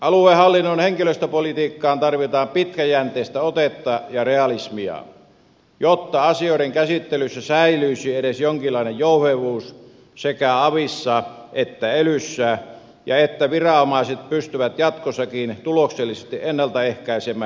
aluehallinnon henkilöstöpolitiikkaan tarvitaan pitkäjänteistä otetta ja realismia jotta asioiden käsittelyssä säilyisi edes jonkinlainen jouhevuus sekä avissa että elyssä ja jotta viranomaiset pystyvät jatkossakin tuloksellisesti ennalta ehkäisemään epäkohtia